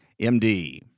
MD